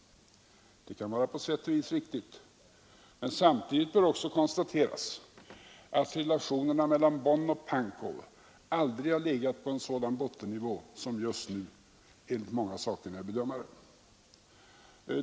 Det kan på sätt och vis vara riktigt, men samtidigt bör också konstateras att relationerna mellan Bonn och Pankow aldrig har legat på en sådan bottennivå som just nu enligt många sakkunniga bedömare.